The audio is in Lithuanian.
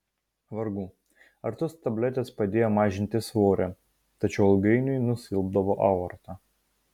vargu ar tos tabletės padėjo mažinti svorį tačiau ilgainiui nusilpdavo aorta